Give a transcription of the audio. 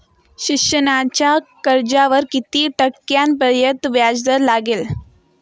शिक्षणाच्या कर्जावर किती टक्क्यांपर्यंत व्याजदर लागेल?